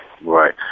Right